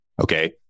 okay